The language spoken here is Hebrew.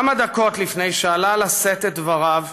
כמה דקות לפני שעלה לשאת את דבריו,